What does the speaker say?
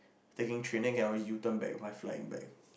taking training then cannot U-turn back by flying back